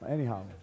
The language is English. Anyhow